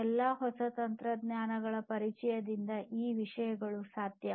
ಈ ಎಲ್ಲಾ ಹೊಸ ತಂತ್ರಜ್ಞಾನಗಳ ಪರಿಚಯದಿಂದ ಈ ವಿಷಯಗಳು ಸಾಧ್ಯ